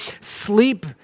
sleep